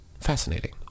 fascinating